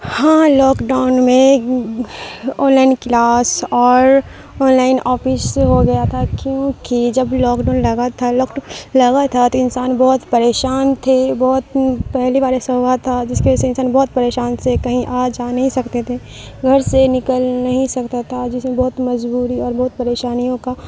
ہاں lockdown میں online class اور آن لائن آفس ہو گیا تھا کیونکہ جب لاک ڈاؤن لگا تھا لاکڈ لگا تھا تو انسان بہت پریشان تھے بہت پہلی بار ایسا ہوا تھا جس کے وجہ سے انسان بہت پریشان سے کہیں آ جا نہیں سکتے تھے گھر سے نکل نہیں سکتا تھا جس میں بہت مجبوری اور بہت پریشانیوں کا